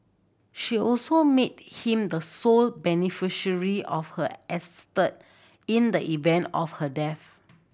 she also made him the sole beneficiary of her estate in the event of her death